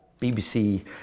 bbc